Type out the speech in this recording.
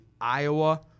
Iowa